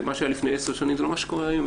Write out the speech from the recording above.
מה שהיה לפני עשר שנים זה לא מה שקורה היום.